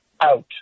out